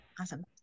Awesome